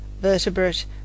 vertebrate